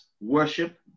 worship